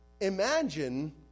Imagine